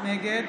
נגד